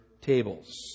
tables